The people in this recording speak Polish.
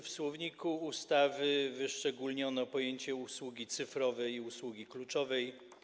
W słowniku ustawy wyszczególniono pojęcie „usługi cyfrowej” i „usługi kluczowej”